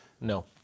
No